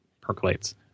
percolates